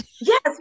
Yes